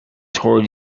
toward